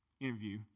interview